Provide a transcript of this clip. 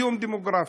איום דמוגרפי,